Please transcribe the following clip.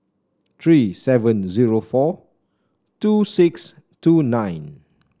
three seven zero four two six two nine